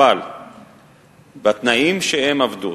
אבל בתנאים שהם עבדו,